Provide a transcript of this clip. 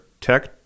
tech